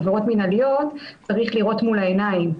עבירות מינהליות צריך לראות מול העיניים.